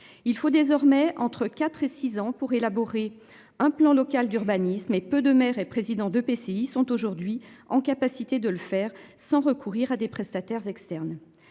Il faut désormais entre 4 et 6 ans pour élaborer un plan local d'urbanisme et peu de maires et présidents d'EPCI sont aujourd'hui en capacité de le faire sans recourir à des prestataires externes